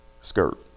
skirt